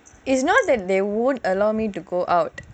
is not that they won't allow me to go out